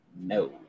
No